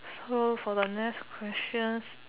so for the next questions